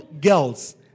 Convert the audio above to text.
girls